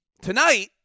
Tonight